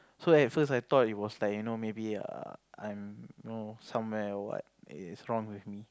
so at first I thought it was like you know maybe err I'm you know somewhere or what is wrong with me